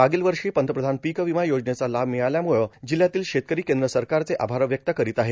मागील वर्षी पंतप्रधान पिक विमा योजनेचा लाभ मिळाल्यामुळं जिल्ह्यातील शेतकरी केंद्र सरकारचे आभार व्यक्त करीत आहेत